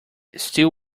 still